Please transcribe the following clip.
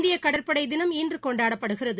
இந்திய கடற்படை தினம் இன்று கொண்டாடப்படுகிறது